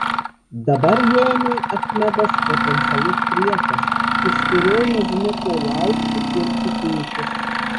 dabar jonui achmedas potencialus priešas iš kurio nežinia ko laukti ir tikėtis